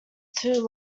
too